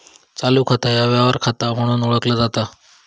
चालू खाता ह्या व्यवहार खाता म्हणून ओळखला जाता